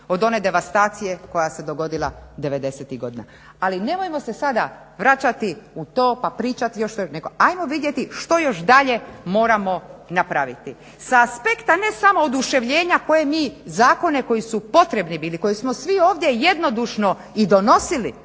od one devastacije koja se dogodila 90-tih godina. Ali nemojmo se sada vraćati u to pa pričati još što je neko reko. Ajmo vidjeti što još dalje moramo napraviti s aspekta ne samo oduševljenja koje mi zakone koji su potrebni bili, koji smo svi ovdje jednodušno i donosili.